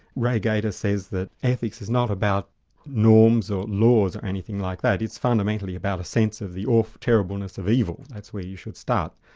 ray gaita says that ethics is not about norms or laws or anything like that, it's fundamentally about a sense of the awful terribleness of evil, that's where you should start.